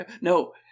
No